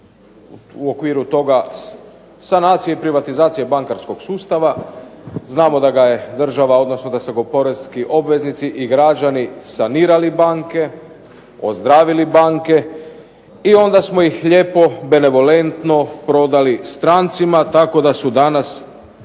u okviru toga sanacije i privatizacije bankarskog sustava. Znamo da ga je država, odnosno da su poreski obveznici i građani sanirali banke, ozdravili banke i onda smo ih lijepo benevolentno prodali strancima tako da su danas